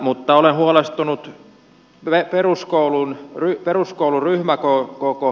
mutta olen huolestunut peruskoulun ryhmäkokokysymyksestä